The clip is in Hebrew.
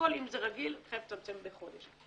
צריך לצמצם את זה לחודש.